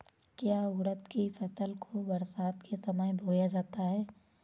क्या उड़द की फसल को बरसात के समय बोया जाता है?